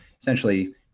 essentially